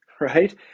Right